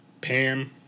Pam